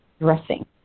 dressing